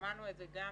שמענו את זה גם